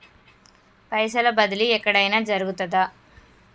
పైసల బదిలీ ఎక్కడయిన జరుగుతదా?